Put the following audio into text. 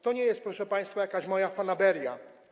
To nie jest, proszę państwa, jakaś moja fanaberia.